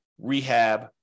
rehab